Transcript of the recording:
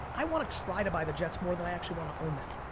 i wanna try to buy the jets more than i actually wanna own them.